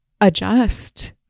adjust